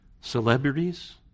celebrities